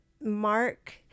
mark